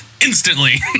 Instantly